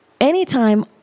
Anytime